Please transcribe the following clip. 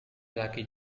laki